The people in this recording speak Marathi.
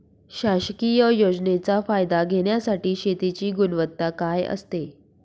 शासकीय योजनेचा फायदा घेण्यासाठी शेतीची गुणवत्ता काय असते?